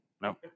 No